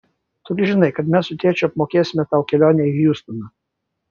tu gi žinai kad mes su tėčiu apmokėsime tau kelionę į hjustoną